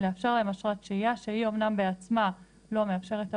לאפשר להם אשרת שהייה שהיא אמנם בעצמה לא מאפשרת עבודה,